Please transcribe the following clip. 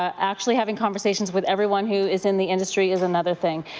actually having conversations with everyone who is in the industry is another thing.